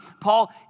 Paul